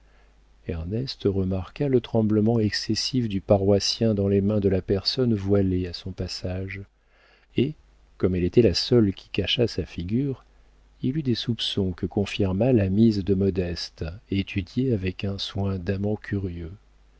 ernest remarqua le tremblement excessif du paroissien dans les mains de la personne voilée à son passage et comme elle était la seule qui cachât sa figure il eut des soupçons que confirma la mise de modeste étudiée avec un soin d'amant curieux